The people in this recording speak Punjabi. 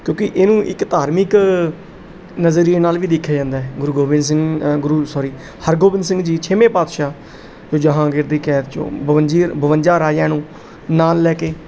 ਕਿਉਂਕਿ ਇਹਨੂੰ ਇੱਕ ਧਾਰਮਿਕ ਨਜ਼ਰੀਏ ਨਾਲ ਵੀ ਦੇਖਿਆ ਜਾਂਦਾ ਹੈ ਗੁਰੂ ਗੋਬਿੰਦ ਸਿੰਘ ਗੁਰੂ ਸੋਰੀ ਹਰਗੋਬਿੰਦ ਸਿੰਘ ਜੀ ਛੇਵੇਂ ਪਾਤਸ਼ਾਹ ਜਹਾਂਗੀਰ ਦੀ ਕੈਦ ਚੋਂ ਬਵੰਜੀ ਬਵੰਜਾ ਰਾਜਿਆਂ ਨੂੰ ਨਾਲ ਲੈ ਕੇ